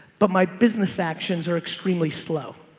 but my business actions are extremely slow